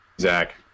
Zach